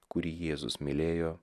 kurį jėzus mylėjo